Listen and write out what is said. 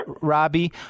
robbie